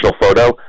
photo